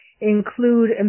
include